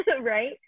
right